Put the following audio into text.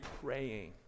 praying